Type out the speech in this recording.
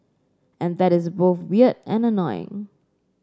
and that's both weird and annoying